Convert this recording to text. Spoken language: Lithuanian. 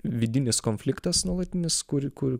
vidinis konfliktas nuolatinis kuri ku